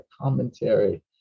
commentary